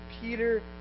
Peter